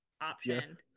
option